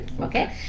okay